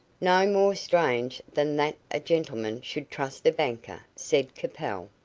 no more strange than that a gentleman should trust a banker, said capel.